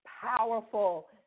powerful